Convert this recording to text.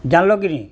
ଜାନଲ୍ କିିରି